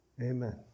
Amen